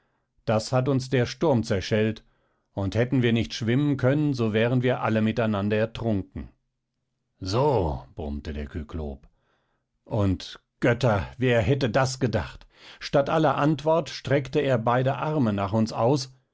das hat uns der sturm zerschellt und hätten wir nicht schwimmen können so wären wir alle miteinander ertrunken so brummte der kyklop und götter wer hätte das gedacht statt aller antwort streckte er beide arme nach uns aus